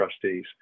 trustees